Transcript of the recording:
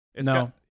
No